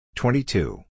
twenty-two